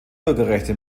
bürgerrechte